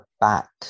back